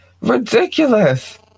ridiculous